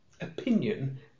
opinion